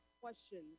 questions